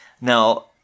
now